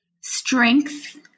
strength